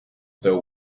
still